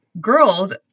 girls